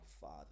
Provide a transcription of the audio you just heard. father